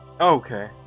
Okay